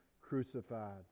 crucified